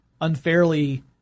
unfairly